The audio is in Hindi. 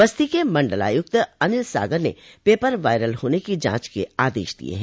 बस्ती के मंडल आयुक्त अनिल सागर ने पेपर वायरल होने की जांच के आदेश दिये हैं